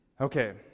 Okay